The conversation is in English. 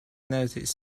notice